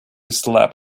slap